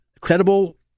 credible